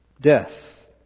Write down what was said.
death